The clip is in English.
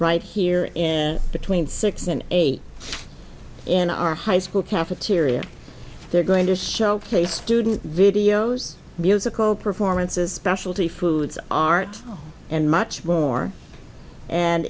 right here in between six and eight in our high school cafeteria they're going to showcase student videos musical performances specialty foods art and much more and